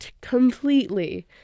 completely